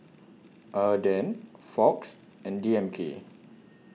Aden Fox and D M K